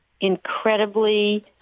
incredibly